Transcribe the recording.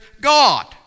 God